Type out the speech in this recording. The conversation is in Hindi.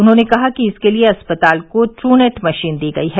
उन्होंने कहा कि इसके लिए अस्पताल को टूनेट मशीन दी गयी है